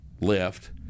Left